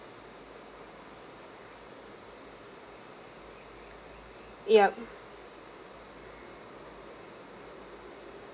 yup